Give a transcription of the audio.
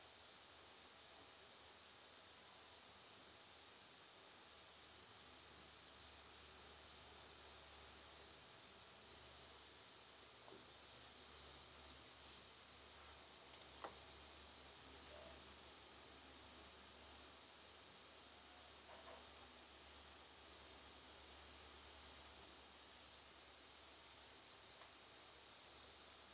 en